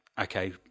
okay